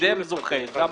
זו המשמעות.